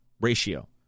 Ratio